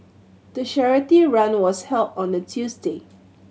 the charity run was held on a Tuesday